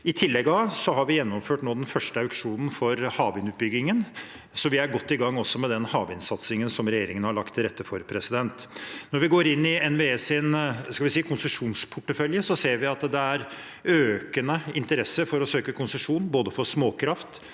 I tillegg har vi nå gjennomført den første auksjonen for havvindutbyggingen, så vi er også godt i gang med den havvindsatsingen som regjeringen har lagt til rette for. Når vi går inn i NVEs konsesjonsportefølje, ser vi at det er økende interesse for å søke konsesjon, både for småkraft